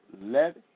Let